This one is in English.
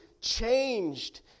changed